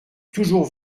toujours